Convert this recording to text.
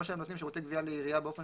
או שהם נותנים שירותי גבייה לעירייה באופן